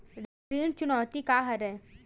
ऋण चुकौती का हरय?